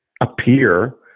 appear